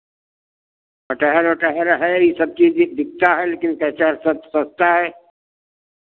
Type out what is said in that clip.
कटहल ओटहल है ई सब चीज़ बिक बिकता है लेकिन कटहल सब सस्ता है